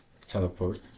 Teleport